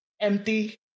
empty